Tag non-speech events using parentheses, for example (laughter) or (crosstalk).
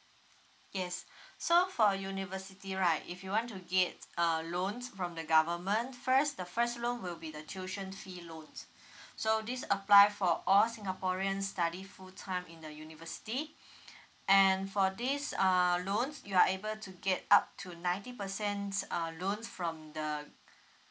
yes (breath) so for university right if you want to get uh loans from the government first the first loan will be the tuition fee loans (breath) so this apply for all singaporean study full time in the university (breath) and for this uh loans you are able to get up to ninety percent uh loans from the